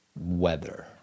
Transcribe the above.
weather